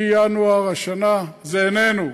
מינואר השנה זה איננו.